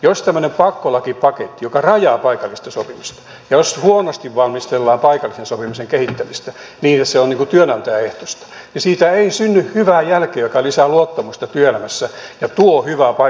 jos on tämmöinen pakkolakipaketti joka rajaa paikallista sopimista ja jos huonosti valmistellaan paikallisen sopimisen kehittämistä niin että se on työnantajaehtoista niin siitä ei synny hyvää jälkeä joka lisää luottamusta työelämässä ja tuo hyvää paikallista sopimista